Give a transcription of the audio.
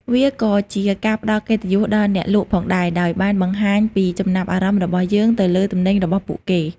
វាក៏ជាការផ្តល់កិត្តិយសដល់អ្នកលក់ផងដែរ ដោយបានបង្ហាញពីចំណាប់អារម្មណ៍របស់យើងទៅលើទំនិញរបស់ពួកគេ។